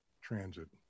transit